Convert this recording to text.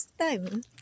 time